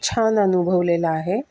छान अनुभवलेला आहे